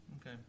Okay